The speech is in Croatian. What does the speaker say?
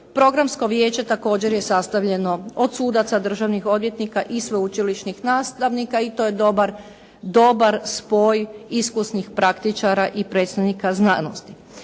Programsko vijeće također je sastavljeno od sudaca i državnih odvjetnika i sveučilišnih nastavnika i to je dobar spoj iskusnih praktičara i predstavnika znanosti.